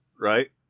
right